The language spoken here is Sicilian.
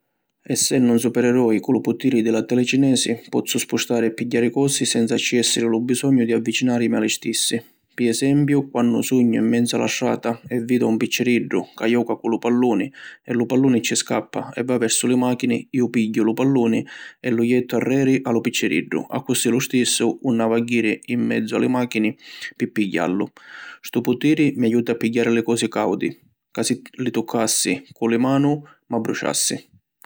Essennu un supereroi cu lu putiri di la telecinesi, pozzu spustari e pigghiari cosi senza ci essiri lu bisognu di avvicinarimi a li stissi. Pi esempiu quannu sugnu in menzu a la strata e vidu a un picciriddu ca joca cu lu palluni e lu palluni ci scappa e va versu li machini, iu pigghiu lu palluni e lu jettu arreri a lu picciriddu accussì lu stissu ‘un havi a jiri in menzu a li machini pi pigghiallu. ‘Stu putiri mi ajuta a pigghiari li cosi caudi, ca si li tuccassi cu li manu m’abbruciassi.